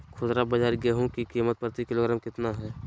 खुदरा बाजार गेंहू की कीमत प्रति किलोग्राम कितना है?